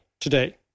today